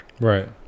Right